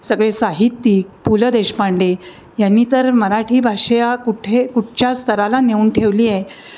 सगळे साहित्यिक पु ल देशपांडे यांनी तर मराठी भाषा कुठे कुठच्या स्तराला नेऊन ठेवली आहे